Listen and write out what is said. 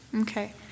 Okay